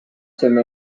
swimmer